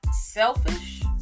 Selfish